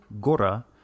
Gora